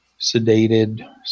sedated